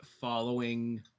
following